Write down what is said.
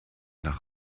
nach